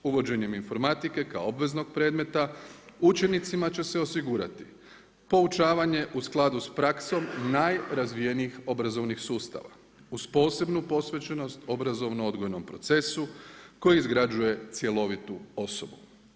Uvođenje informatike kao obveznog predmeta učenicima će se osigurati poučavanje u skladu s praksom najrazvijenijih obrazovnih sustava uz posebnu posvećenost obrazovno-odgojnom procesu koji izgrađuje cjelovitu osobu.